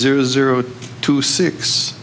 zero zero two six